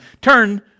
Turn